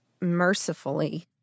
mercifully